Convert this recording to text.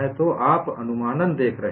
तो आप अनुमानन देख रहे हैं